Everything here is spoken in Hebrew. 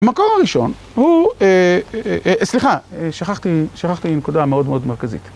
המקור הראשון הוא, סליחה, שכחתי נקודה מאוד מאוד מרכזית.